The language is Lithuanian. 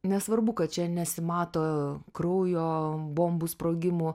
nesvarbu kad čia nesimato kraujo bombų sprogimų